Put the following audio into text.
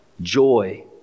joy